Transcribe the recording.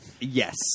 Yes